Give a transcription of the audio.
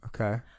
Okay